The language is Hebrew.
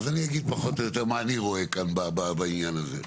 אז אני אגיד פחות או יותר מה אני רואה כאן בעניין הזה.